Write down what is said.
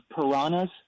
piranhas